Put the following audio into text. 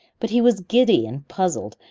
but he was giddy and puzzled,